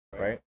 right